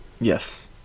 Yes